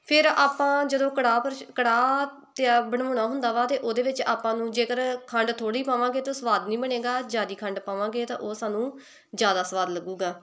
ਫਿਰ ਆਪਾਂ ਜਦੋਂ ਕੜਾਹ ਪਰ ਕੜਾਹ ਤਾਂ ਬਣਾਉਣਾ ਹੁੰਦਾ ਵਾ ਅਤੇ ਉਹਦੇ ਵਿੱਚ ਆਪਾਂ ਨੂੰ ਜੇਕਰ ਖੰਡ ਥੋੜ੍ਹੀ ਪਾਵਾਂਗੇ ਤਾਂ ਸਵਾਦ ਨਹੀਂ ਬਣੇਗਾ ਜ਼ਿਆਦਾ ਖੰਡ ਪਾਵਾਂਗੇ ਤਾਂ ਉਹ ਸਾਨੂੰ ਜ਼ਿਆਦਾ ਸਵਾਦ ਲੱਗੇਗਾ